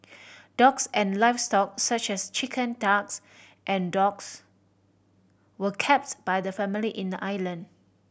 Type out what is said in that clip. dogs and livestock such as chicken ducks and dogs were kept by the family in the island